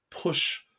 push